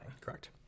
Correct